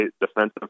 defensive